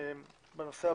נעבור לנושא הבא.